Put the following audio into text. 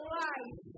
life